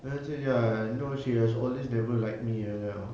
then I say ya I know she has all this never like me you know